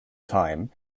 time